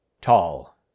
Tall